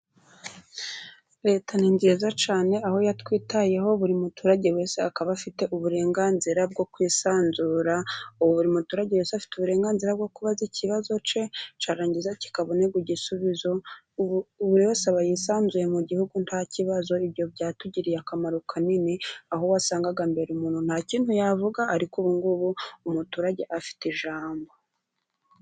Leta ni nziza cyane, aho yatwitayeho. Buri muturage wese akaba afite uburenganzira bwo kwisanzura, buri muturage wese afite uburenganzira bwo kubaza ikibazo, cyarangiza kikabonerwa igisubizo. Buri wese aba yisanzuye mu Gihugu nta kibazo. Ibyo byatugiriye akamaro kanini, aho wasangaga mbere umuntu nta kintu yavuga. Ariko ubu ngubu umuturage afite ijambo.